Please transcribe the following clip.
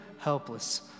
helpless